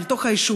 אל תוך היישוב,